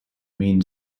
mean